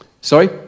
Sorry